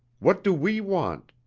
what do we want.